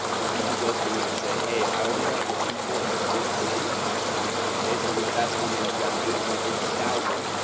is we can go through and say hey? i only want it with people in the current city okay, so which that's going to nail down to eight hundred eighty thousand,